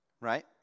Right